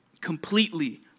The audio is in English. completely